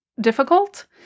difficult